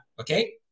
okay